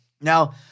Now –